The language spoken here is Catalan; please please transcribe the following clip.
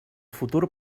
futur